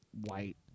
white